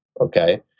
Okay